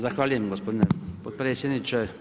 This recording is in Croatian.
Zahvaljujem gospodine potpredsjedniče.